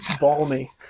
Balmy